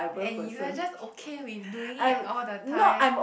and you are just okay with doing it all the time